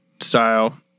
style